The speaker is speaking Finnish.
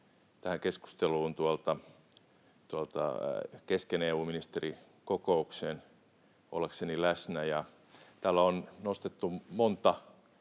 keskusteluun kesken EU-ministerikokouksen ollakseni läsnä. Täällä on nostettu monta